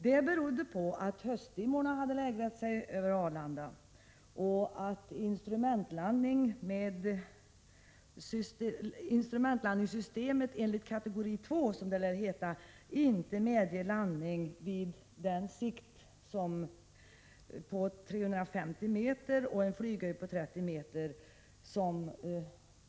Det berodde på att höstdimmorna hade lägrat sig över Arlanda och att man därför inte kunde använda det instrumentlandningssystem av kategori II, som det lär heta, vilket medger landning vid en sikt på 350 m och en flyghöjd på 30 m.